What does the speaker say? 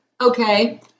Okay